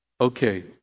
okay